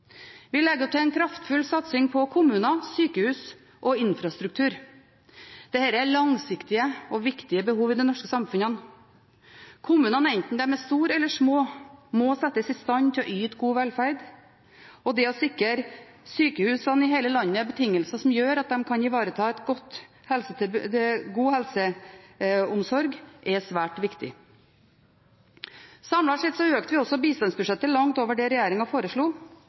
Vi legger opp til en kraftfull satsing på kommuner, sykehus og infrastruktur. Dette er langsiktige og viktige behov i det norske samfunnet. Kommunene, enten de er store eller små, må settes i stand til å yte god velferd, og det å sikre sykehusene i hele landet betingelser som gjør at de kan ivareta god helseomsorg, er svært viktig. Samlet sett økte vi også bistandsbudsjettet til langt over det regjeringen foreslo.